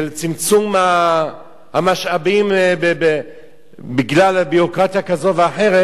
של צמצום המשאבים בגלל ביורוקרטיה כזאת או אחרת,